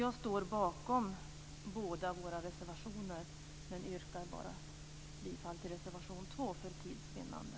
Jag står bakom båda våra reservationer men yrkar bifall bara till reservation 2 för tids vinnande.